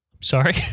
Sorry